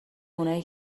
اونای